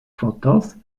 fotos